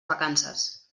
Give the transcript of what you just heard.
vacances